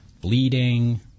bleeding